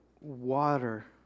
water